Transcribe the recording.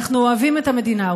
אנחנו אוהבים את המדינה,